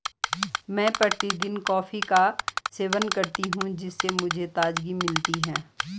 मैं प्रतिदिन कॉफी का सेवन करती हूं जिससे मुझे ताजगी मिलती है